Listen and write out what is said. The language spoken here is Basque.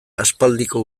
aspaldiko